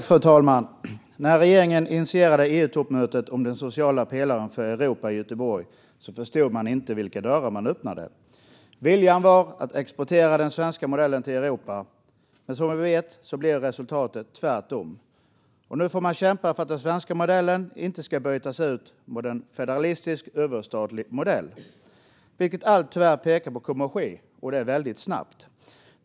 Fru talman! När regeringen initierade EU-toppmötet i Göteborg om den sociala pelaren för Europa förstod man inte vilka dörrar man öppnade. Viljan var att exportera den svenska modellen till Europa, men som vi vet blev resultatet tvärtom. Nu får man kämpa för att den svenska modellen inte ska bytas ut mot en federalistisk, överstatlig modell, vilket allt tyvärr pekar på kommer att ske - och det väldigt snabbt.